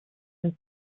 and